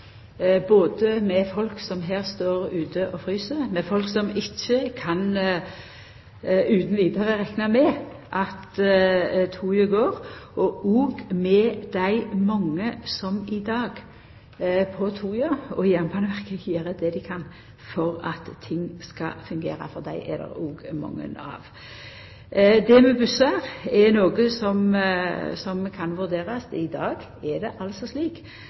både med folk som står ute og frys, med folk som ikkje utan vidare kan rekna med at toget går, og med dei mange som i dag på toga og i Jernbaneverket, gjer det dei kan for at ting skal fungera, for dei er det òg mange av. Det med bussar er noko som kan vurderast. I dag er det